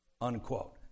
unquote